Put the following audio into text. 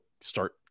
start